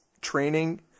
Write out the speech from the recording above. training